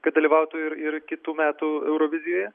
kad dalyvautų ir ir kitų metų eurovizijoje